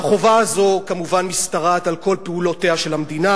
והחובה הזאת כמובן משתרעת על כל פעולותיה של המדינה.